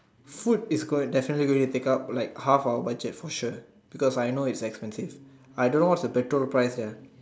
food is good definitely going to take up like half of our budget for sure because I know is expensive I don't know what is the petrol price there